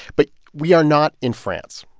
but we are not in france.